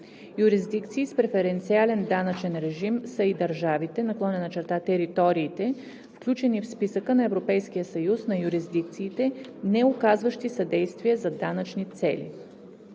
„Юрисдикции с преференциален данъчен режим са и държавите/териториите, включени в Списъка на Европейския съюз на юрисдикциите, неоказващи съдействие за данъчни цели.“